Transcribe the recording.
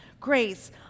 Grace